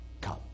Come